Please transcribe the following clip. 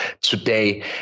today